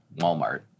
Walmart